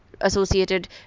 associated